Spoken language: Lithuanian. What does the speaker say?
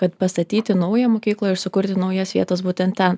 kad pastatyti naują mokyklą ir sukurti naujas vietas būtent ten